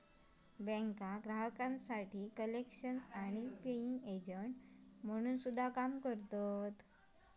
बँका ग्राहकांसाठी कलेक्शन आणि पेइंग एजंट म्हणून काम करता